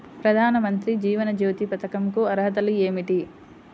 ప్రధాన మంత్రి జీవన జ్యోతి పథకంకు అర్హతలు ఏమిటి?